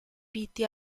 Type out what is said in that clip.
pitti